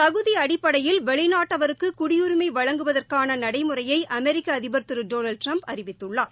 தகுதி அடிப்படையில் வெளிநாட்டவருக்கு குடியுரிமை வழங்குவதற்கான நடைமுறையை அமெரிக்க அதிபர் திரு டொனால்ட் ட்ரம்ப் அறிவித்துள்ளார்